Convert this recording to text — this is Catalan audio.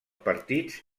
partits